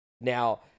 Now